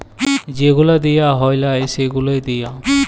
যে গুলা দিঁয়া হ্যয় লায় সে গুলা দিঁয়া